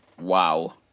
wow